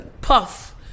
Puff